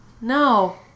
No